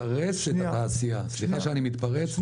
סליחה שאני מתפרץ,